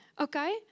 Okay